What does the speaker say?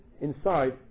inside